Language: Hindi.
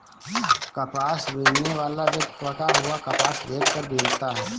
कपास बीनने वाला व्यक्ति पका हुआ कपास देख कर बीनता है